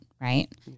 right